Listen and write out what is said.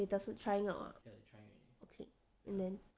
they doesn't try out ah okay and then